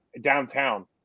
downtown